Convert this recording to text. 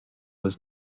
was